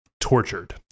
tortured